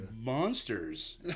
monsters